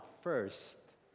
first